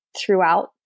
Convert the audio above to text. throughout